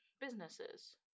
businesses